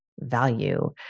value